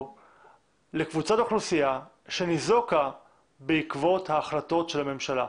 לקבוצת אוכלוסייה שניזוקה בעקבות ההחלטות של הממשלה,